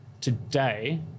Today